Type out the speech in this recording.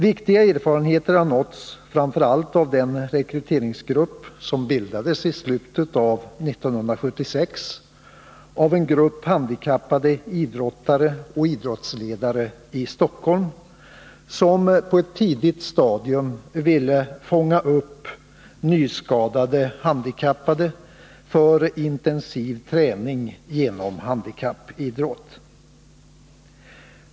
Viktiga erfarenheter har vunnits av framför allt den rekryteringsgrupp som bildades i slutet av 1976 av en grupp handikappade idrottare och idrottsle Nr 17 dare i Stockholm, som på ett tidigt stadium ville fånga upp nyskadade handikappade för intensiv träning i form av handikappidrott.